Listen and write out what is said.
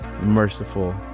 Merciful